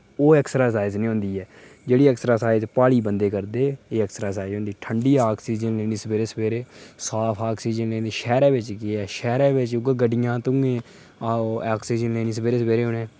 ओह् ऐक्सरसाईज निं होंदी ऐ जेह्ड़ी ऐक्सरसाईज प्हाड़ी बंदे करदे ओह् ऐक्सरसाईज होंदी ठंडी आक्सीजन लेनी सवेरे सवेरे साफ आक्सीजन लेनी शैह्रा बिच्च केह् ऐ शैह्रा बिच्च 'उयै गड्डियें धुएं आक्सीजन लेना उनें सवेरे सवेरे